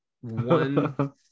One